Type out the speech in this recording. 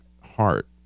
heart